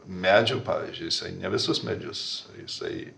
medžių pavyzdžiui jisai ne visus medžius jisai